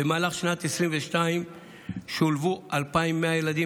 במהלך שנת 2022 שולבו 2,100 ילדים,